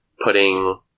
putting